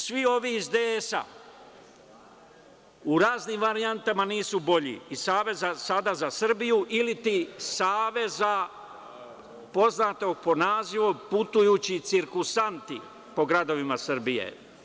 Svi ovi iz DS-a u raznim varijantama nisu bolji, i Saveza sada za Srbiju ili ti, saveza poznatog pod nazivom putujući cirkusanti, po gradovima Srbije.